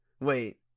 Wait